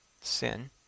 sin